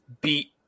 beat